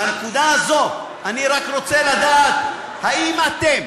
בנקודה הזאת אני רק רוצה לדעת האם אתם,